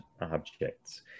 objects